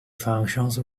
functions